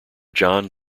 john